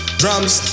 drums